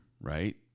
right